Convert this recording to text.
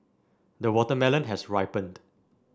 the watermelon has ripened